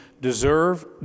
deserve